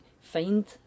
find